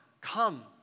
Come